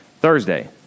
Thursday